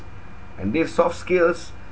and these soft skills